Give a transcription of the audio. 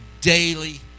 daily